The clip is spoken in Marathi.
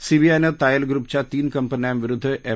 सीबीआयनं तायल ग्रुपच्या तीन कंपन्यांविरुद्ध एफ